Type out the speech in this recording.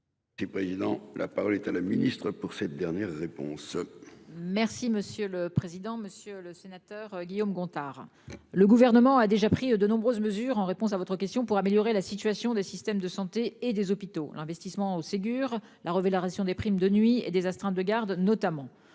C'est pas évident. La parole est à la ministre pour cette dernière réponse. Merci monsieur le président, Monsieur le Sénateur, Guillaume Gontard, le gouvernement a déjà pris de nombreuses mesures en réponse à votre question, pour améliorer la situation des systèmes de santé et des hôpitaux. L'investissement au Ségur la révélation des primes de nuit et des astreintes de garde notamment